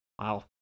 Wow